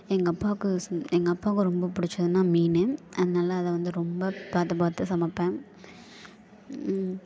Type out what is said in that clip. எங்கள் அப்பாவுக்கு எங்கள் அப்பாவுக்கு ரொம்ப பிடிச்சதுன்னா மீன் அதனால அதை வந்து ரொம்ப பார்த்து பார்த்து சமைப்பேன்